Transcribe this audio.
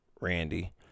Randy